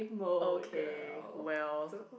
okay well